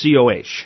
COH